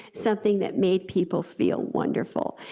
something that made people feel wonderful,